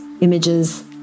images